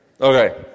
Okay